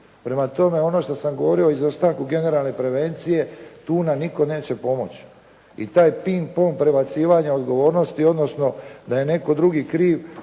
Prema tome ono što sam govorio o izostanku generalne prevencije tu nam nitko neće pomoći i taj ping-pong prebacivanja odgovornosti odnosno da je netko drugi kriv,